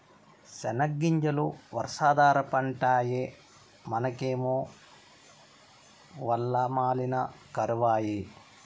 సెనగ్గింజలు వర్షాధార పంటాయె మనకేమో వల్ల మాలిన కరవాయె